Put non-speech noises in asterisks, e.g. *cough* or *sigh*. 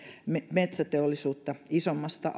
metsäteollisuutta isommasta *unintelligible*